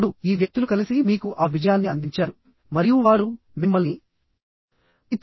ఇప్పుడు ఈ వ్యక్తులు కలిసి మీకు ఆ విజయాన్ని అందించారు మరియు వారు మిమ్మల్ని మీ తరగతిలో అగ్రస్థానంలో ఉంచారు